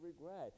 regret